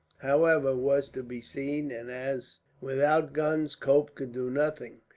however, was to be seen, and as without guns cope could do nothing,